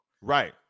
right